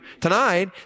tonight